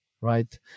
right